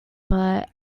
but